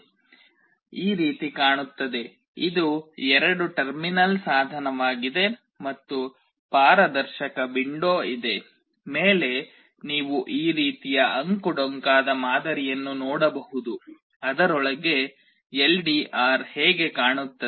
TT ಈ ರೀತಿ ಕಾಣುತ್ತದೆ ಇದು ಎರಡು ಟರ್ಮಿನಲ್ ಸಾಧನವಾಗಿದೆ ಮತ್ತು ಪಾರದರ್ಶಕ ವಿಂಡೋ ಇದೆ ಮೇಲೆ ನೀವು ಈ ರೀತಿಯ ಅಂಕುಡೊಂಕಾದ ಮಾದರಿಯನ್ನು ನೋಡಬಹುದು ಅದರೊಳಗೆ ಎಲ್ಡಿಆರ್ ಹೇಗೆ ಕಾಣುತ್ತದೆ